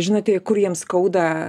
žinote kur jiem skauda